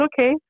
okay